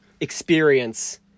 experience